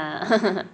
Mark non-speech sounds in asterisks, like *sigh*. *laughs*